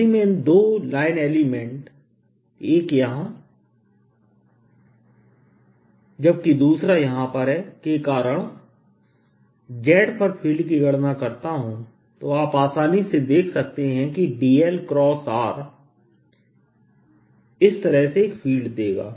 यदि मैं इन दो लाइन एलिमेंट एक यहां जबकि दूसरा यहां पर है के कारण बिंदु z पर फ़ील्ड की गणना करता हूँ तो आप आसानी से देख सकते हैं कि dl r इस तरह से एक फ़ील्ड देगा